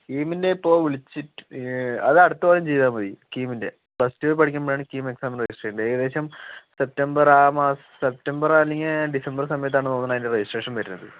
കിമ്മിൻറ്റെ ഇപ്പൊൾ വിളിച്ചിട്ട് അതടുത്ത കൊല്ലം ചെയ്താൽ മതി കീമിൻറ്റെ പ്ലസ്ടു പഠിക്കുമ്പോഴാണ് കീം എക്സാം രജിസ്റ്റർ ചെയ്യണ്ടേ ഏകദേശം സെപ്തംബർ ആ മാസ സെപ്റ്റംബർ അല്ലെങ്കിൽ ഡിസംബർ സമയത്താണ് തോന്നുന്നു അതിൻറ്റെ രജിസ്റ്ററേഷൻ വരുന്നത്